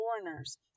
foreigners